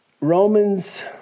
Romans